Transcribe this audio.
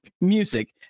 music